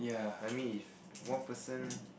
I mean if one person